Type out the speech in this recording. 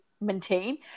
maintain